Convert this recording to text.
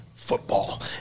Football